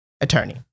attorney